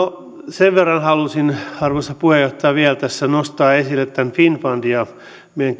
sen verran halusin arvoisa puheenjohtaja vielä tässä nostaa esille tämän finnfundin ja meidän